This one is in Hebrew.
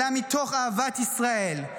אלא מתוך אהבת ישראל,